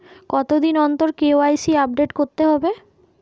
কতদিন অন্তর KYC update করতে হবে?